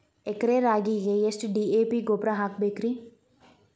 ಎಕರೆ ರಾಗಿಗೆ ಎಷ್ಟು ಡಿ.ಎ.ಪಿ ಗೊಬ್ರಾ ಹಾಕಬೇಕ್ರಿ?